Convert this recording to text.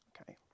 Okay